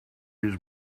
his